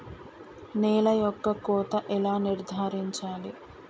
నేల యొక్క కోత ఎలా నిర్ధారించాలి?